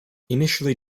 initially